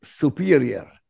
superior